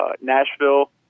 Nashville